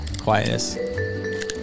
quietness